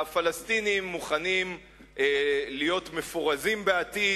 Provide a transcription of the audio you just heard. הפלסטינים מוכנים להיות מפורזים בעתיד,